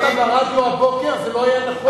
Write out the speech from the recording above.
אמרת בבוקר, זה לא היה נכון.